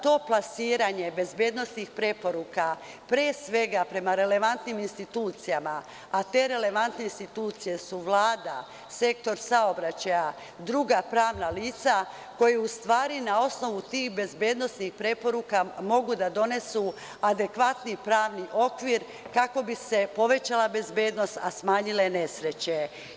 To je plasiranje bezbednosnih preporuka, pre svega prema relevantnim institucijama, a te relevantne institucije su Vlada, Sektor saobraćaja i druga pravna lica koja u stvari na osnovu tih bezbednosnih preporuka mogu da donesu adekvatni pravni okvir kako bi se povećala bezbednost, a smanjile nesreće.